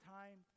time